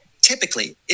typically